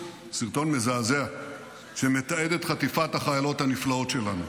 מזעזע שמתעד את חטיפת החיילות הנפלאות שלנו,